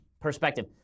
perspective